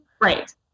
Right